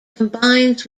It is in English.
combines